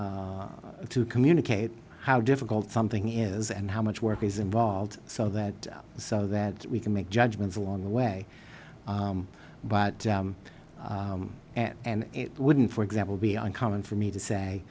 to communicate how difficult something is and how much work is involved so that so that we can make judgments along the way but and it wouldn't for example be uncommon for me to